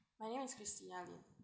my name is christina lim